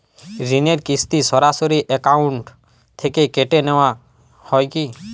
ঋণের কিস্তি সরাসরি অ্যাকাউন্ট থেকে কেটে নেওয়া হয় কি?